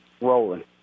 rolling